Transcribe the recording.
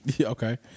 Okay